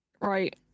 right